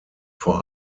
vor